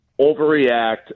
overreact